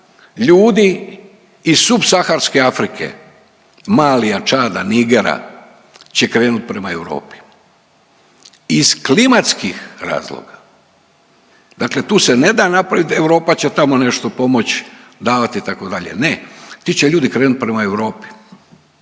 ljudi iz subsaharske Afrike, Malija, Čada, Nigera će krenuti prema Europi iz klimatskih razloga. Dakle tu se ne da napraviti, Europa će tamo nešto pomoći davati, itd., ne, ti će ljudi krenuti prema Europi.